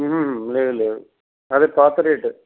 లేదు లేదు అదే పాత రేటే